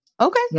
Okay